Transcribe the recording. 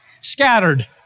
scattered